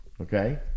okay